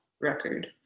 record